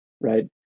right